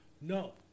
no